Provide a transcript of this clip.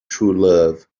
truelove